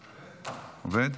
עובד?